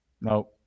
No